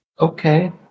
okay